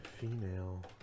female